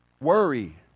Worry